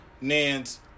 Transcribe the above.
Nance